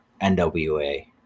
NWA